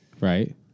right